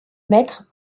maître